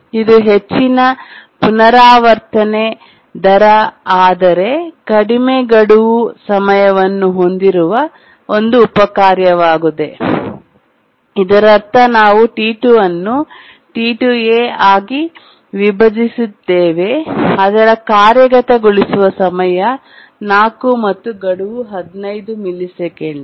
ಇದು ಹೆಚ್ಚಿನ ಪುನರಾವರ್ತನೆ ದರ ಆದರೆ ಕಡಿಮೆ ಗಡುವು ಸಮಯವನ್ನು ಹೊಂದಿರುವ ಒಂದು ಉಪ ಕಾರ್ಯವಾಗಿದೆ ಇದರರ್ಥ ನಾವು T2 ಅನ್ನು T2a ಆಗಿ ವಿಭಜಿಸಿದ್ದೇವೆ ಅದರ ಕಾರ್ಯಗತಗೊಳಿಸುವ ಸಮಯ 4 ಮತ್ತು ಗಡುವು 15 ಮಿಲಿಸೆಕೆಂಡ್